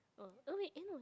oh oh wait eh no